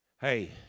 hey